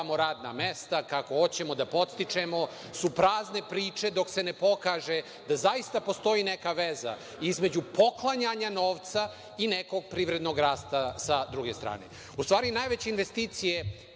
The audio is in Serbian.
radna mesta, kako hoćemo da podstičemo su prazne priče dok se ne pokaže da zaista postoji neka veza između poklanjanja novca i nekog privrednog rasta sa druge strane.U stvari, najveći investitor